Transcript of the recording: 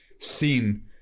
seen